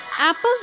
Apple's